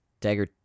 Dagger